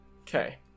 Okay